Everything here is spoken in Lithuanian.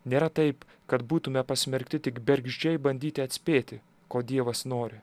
nėra taip kad būtume pasmerkti tik bergždžiai bandyti atspėti ko dievas nori